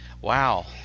wow